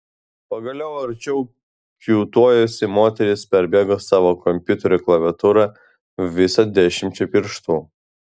pagaliau arčiau kiūtojusi moteris perbėgo savo kompiuterio klaviatūrą visa dešimčia pirštų